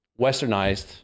westernized